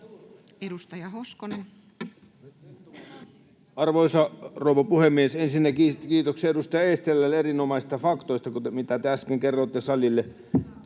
Edustaja Hoskonen. Arvoisa rouva puhemies! Ensinnäkin kiitoksia edustaja Eestilälle erinomaisista faktoista, mitä te äsken kerroitte salille.